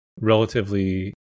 relatively